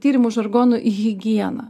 tyrimų žargonu higiena